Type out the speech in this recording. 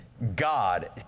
God